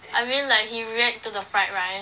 I mean like he react to the fried rice